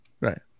Right